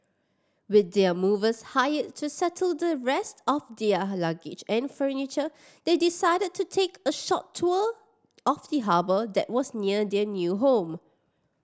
with their movers hired to settle the rest of their her luggage and furniture they decided to take a short tour of the harbour that was near their new home